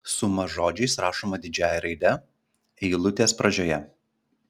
suma žodžiais rašoma didžiąja raide eilutės pradžioje